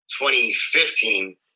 2015